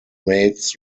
mates